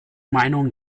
meinung